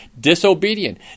disobedient